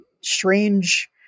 strange